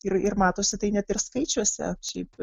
ir ir matosi tai net ir skaičiuose šiaip